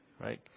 Right